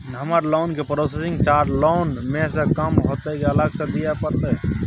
हमर लोन के processing charge loan म स कम होतै की अलग स दिए परतै?